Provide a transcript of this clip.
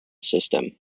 system